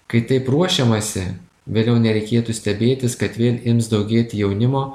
kai taip ruošiamasi vėliau nereikėtų stebėtis kad vėl ims daugėti jaunimo